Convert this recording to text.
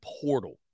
portal